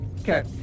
Okay